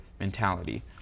mentality